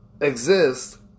exist